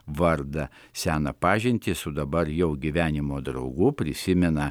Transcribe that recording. vardą seną pažintį su dabar jau gyvenimo draugu prisimena